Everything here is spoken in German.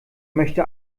möchte